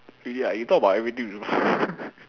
really ah you thought about everything before